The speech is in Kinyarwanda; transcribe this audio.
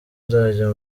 nzajya